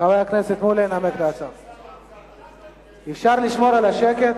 חברים, אפשר לשמור פה על שקט?